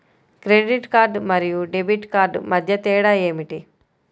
Credit card మరియు debit card మధ్య తేడా ఏమిటి?